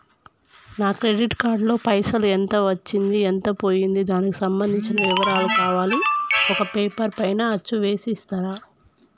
నా credit card లో పైసలు ఎంత వచ్చింది ఎంత పోయింది దానికి సంబంధించిన వివరాలు కావాలి ఒక పేపర్ పైన అచ్చు చేసి ఇస్తరా?